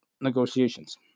negotiations